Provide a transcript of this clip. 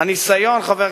שרון.